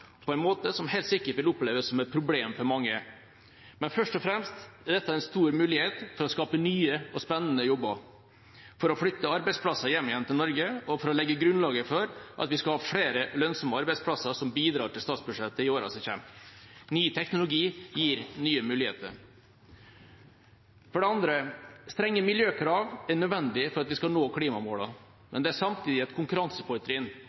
på en måte som helt sikkert vil oppleves som et problem for mange. Men først og fremst er dette en stor mulighet for å skape nye og spennende jobber, for å flytte arbeidsplasser hjem igjen til Norge og for å legge grunnlaget for at vi skal ha flere lønnsomme arbeidsplasser som bidrar til statsbudsjettet i årene som kommer. Ny teknologi gir nye muligheter. For det andre: Strenge miljøkrav er nødvendig for at vi skal nå klimamålene. Men det er samtidig et